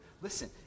Listen